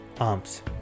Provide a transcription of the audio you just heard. arms